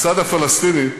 הצד הפלסטיני,